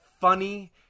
funny